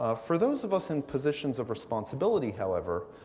ah for those of us in positions of responsibility, however,